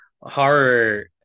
horror